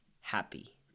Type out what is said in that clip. happy